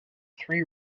three